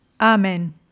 Amen